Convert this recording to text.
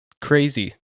Crazy